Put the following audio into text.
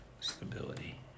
stability